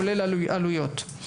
כולל עלויות.